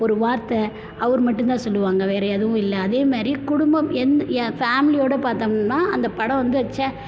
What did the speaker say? ஒரு வார்த்தை அவரு மட்டும் தான் சொல்லுவாங்க வேற எதுவும் இல்லை அதே மாதிரி குடும்பம் எந் என் ஃபேமிலியோட பார்த்தோம்னா அந்த படம் வந்து சே